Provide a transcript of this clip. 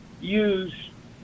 use